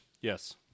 Yes